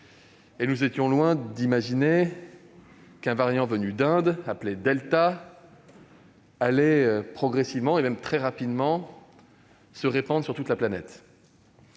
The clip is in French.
et nous étions loin d'imaginer qu'un variant venu d'Inde, appelé delta, allait progressivement, mais très rapidement, se répandre sur toute la planète.